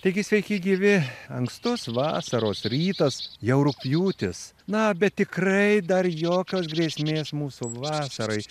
taigi sveiki gyvi ankstus vasaros rytas jau rugpjūtis na bet tikrai dar jokios grėsmės mūsų vasarai